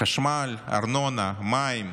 חשמל, ארנונה, מים,